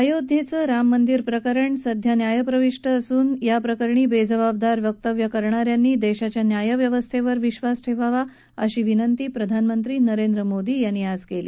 अयोध्यव्वां राममंदिर प्रकरण सध्या न्यायालयात असून याप्रकरणी बफ़बाबदार वक्तव्य करणा यांनी दश्वाच्या न्याय व्यवस्थवर विश्वास ठखावा अशी विनंती प्रधानमंत्री नरेंद्र मोदी यांनी आज काली